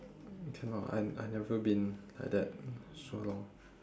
I cannot I've I've never been like that so long